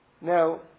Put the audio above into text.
Now